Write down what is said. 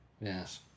yes